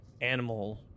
animal